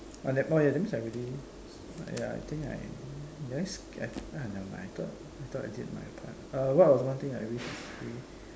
oh that oh that means I already ya I think did I sk~ I ah never mind I thought I thought I did my part uh what was one thing I wish was free